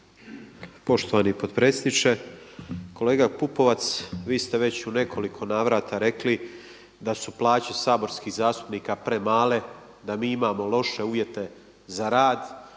Poštovani potpredsjedniče. Kolega Pupovac, vi ste već u nekoliko navrata rekli da su plaće saborskih zastupnika premale, da mi imamo loše uvjete za rad,